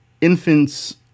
infants